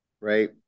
right